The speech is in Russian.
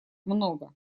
много